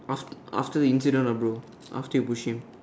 after after the incident ah bro after you pushed him